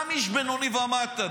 גם איש בינוני ומטה.